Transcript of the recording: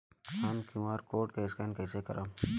हम QR code scan कइसे करब?